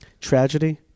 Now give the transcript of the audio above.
Tragedy